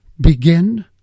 Begin